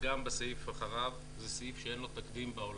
וגם סעיף אחריו, זה סעיף שאין לו תקדים בעולם.